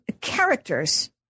characters